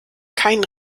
kein